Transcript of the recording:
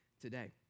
today